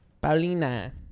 Paulina